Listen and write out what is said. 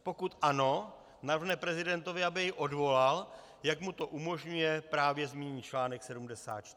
Pokud ano, navrhne prezidentovi, aby jej odvolal, jak mu to umožňuje právě zmíněný článek 74.